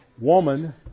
Woman